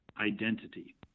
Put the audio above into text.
Identity